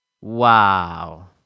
Wow